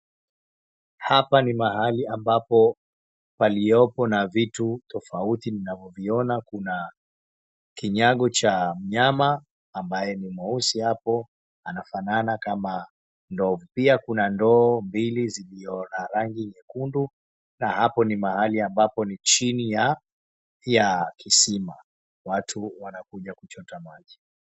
Hapa ni mahali ambapo paliopo na vitu tofauti mnavyoviona. Kuna kinyago cha mnyama amabaye ni mweusi apo, anafanana kama ndovu. Pia kuna ndoo mbili zilio na rangi nyekundu na hapo ni mahali ambapo ni chini ya kisima, watu wanakuja kuchota maji.